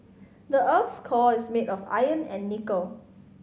the earth's core is made of iron and nickel